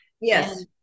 Yes